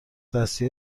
دستی